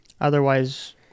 Otherwise